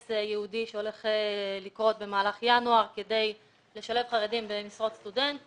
ייעודי שהולך לקרות במהלך ינואר כדי לשלב חרדים במשרות סטודנט,